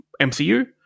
MCU